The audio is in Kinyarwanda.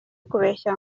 ukubeshya